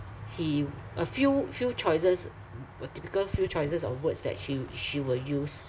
he a few few choices a typical few choices of words that she she will use